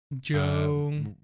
Joe